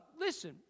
Listen